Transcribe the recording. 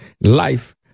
life